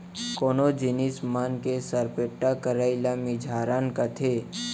कोनो जिनिस मन के सरपेट्टा करई ल मिझारन कथें